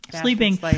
Sleeping